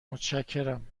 متشکرم